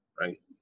Right